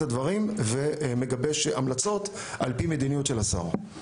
הדברים ומגבש את ההמלצות על פי המדיניות של השר.